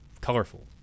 colorful